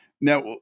Now